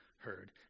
heard